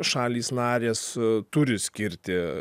šalys narės turi skirti